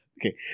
okay